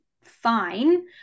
fine